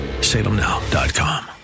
Salemnow.com